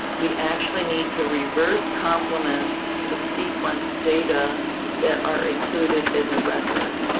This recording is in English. we actually need to reverse complement the sequence data that are included in the record.